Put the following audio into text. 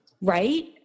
Right